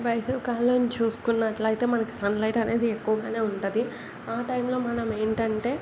వేసవి కాలం చూసుకున్నట్లయితే మనకి సన్ లైట్ అనేది ఎక్కువగానే ఉంటుంది ఆ టైంలో మనం ఏంటంటే